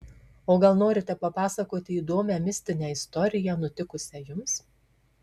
o gal norite papasakoti įdomią mistinę istoriją nutikusią jums